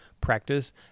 practice